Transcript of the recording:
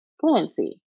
fluency